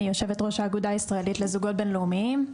אני יושבת ראש האגודה הישראלית לזוגות בינלאומיים.